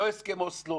לא הסכם אוסלו,